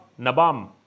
Nabam